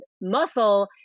muscle